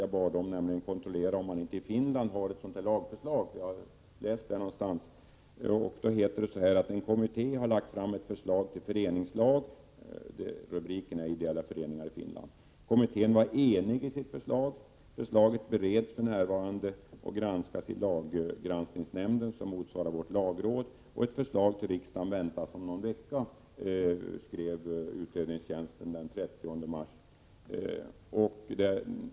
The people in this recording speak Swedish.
Jag hade läst att det fanns ett sådant här lagförslag i Finland, och jag bad utredningstjänsten kontrollera den saken. En kommitté har lagt fram ett förslag till föreningslag - rubriken är Ideella föreningar i Finland. Kommittén var enig om sitt förslag. Förslaget bereds för närvarande och granskas i laggranskningsnämnden, som motsvarar vårt lagråd: Ett förslag till riksdagen väntas om någon vecka, skrev utredningstjänsten den 30 mars.